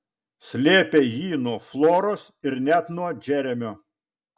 slėpė jį nuo floros ir net nuo džeremio